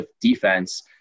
defense